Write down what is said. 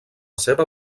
seva